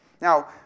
Now